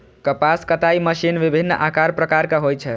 कपास कताइ मशीन विभिन्न आकार प्रकारक होइ छै